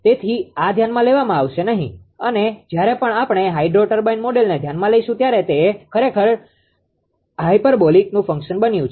તેથી આ ધ્યાનમાં લેવામાં આવશે નહીં અને જ્યારે પણ આપણે હાઈડ્રો ટર્બાઇન મોડેલને ધ્યાનમાં લીધું હોય ત્યારે તે ખરેખર tan હાયપરબોલિકનુ ફંક્શન બન્યું છે